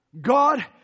God